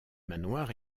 manoir